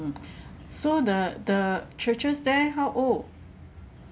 so the the churches there how old